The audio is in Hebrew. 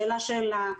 שאלה-שאלה,